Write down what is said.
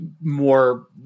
more